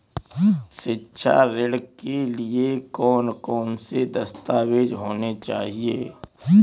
शिक्षा ऋण के लिए कौन कौन से दस्तावेज होने चाहिए?